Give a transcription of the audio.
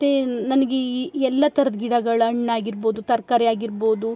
ಮತ್ತು ನನಗೆ ಈ ಎಲ್ಲ ಥರದ್ ಗಿಡಗಳು ಹಣ್ ಆಗಿರ್ಬೋದು ತರಕಾರಿ ಆಗಿರ್ಬೋದು